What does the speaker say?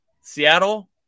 Seattle